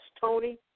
Tony